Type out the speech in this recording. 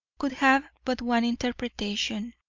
could have but one interpretation,